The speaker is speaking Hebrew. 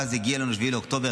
ואז הגיע 7 באוקטובר,